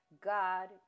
God